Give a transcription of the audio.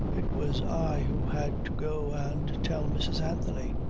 it was i who had to go and tell mrs. anthony.